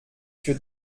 für